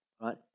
right